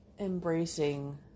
embracing